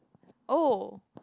oh